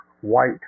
white